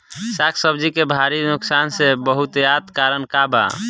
साग सब्जी के भारी नुकसान के बहुतायत कारण का बा?